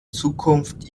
zukunft